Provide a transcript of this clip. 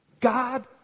God